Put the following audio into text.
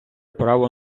право